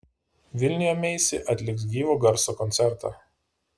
vilniuje meisi atliks gyvo garso koncertą